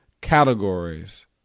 categories